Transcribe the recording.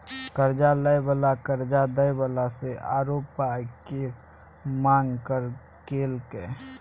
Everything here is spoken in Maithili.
कर्जा लय बला कर्जा दय बला सँ आरो पाइ केर मांग केलकै